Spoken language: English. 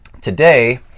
Today